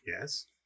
Yes